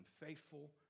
unfaithful